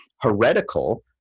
heretical